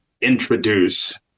introduce